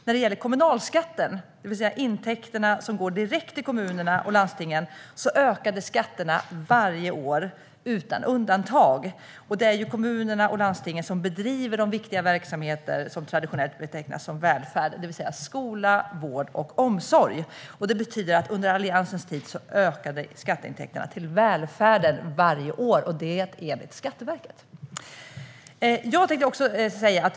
När det gäller kommunalskatten, det vill säga de intäkter som går direkt till kommunerna och landstingen, ökade skatteintäkterna varje år utan undantag. Det är ju kommunerna och landstingen som bedriver de viktiga verksamheter som traditionellt betecknas som välfärd, det vill säga skola, vård och omsorg. Det betyder att under Alliansens tid ökade skatteintäkterna till välfärden varje år, och detta enligt Skatteverket.